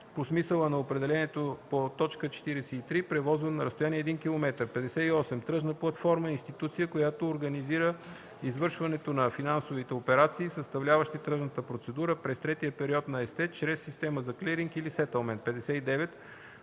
по смисъла на определението по т. 43, превозван на разстояние един километър. 58. „Тръжна платформа“ е институция, която организира извършването на финансовите операции, съставляващи тръжната процедура, през третия период на ЕСТЕ чрез система за клиринг или сетълмент. 59.